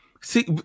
see